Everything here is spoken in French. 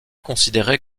considérée